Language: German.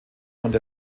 und